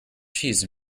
cheese